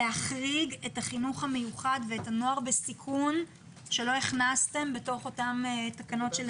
להחריג את החינוך המיוחד ואת הנוער בסיכון שלא הכנסתם בתוך אותן תקנות.